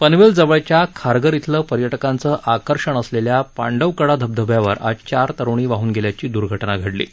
पनवेल जवळच्या खारघर इथलं पर्यटकांचं आकर्षण असलेल्या पांडवकडा धबधब्यावर आज चार तरूणी वाहन गेल्याची दर्घटना घडली आहे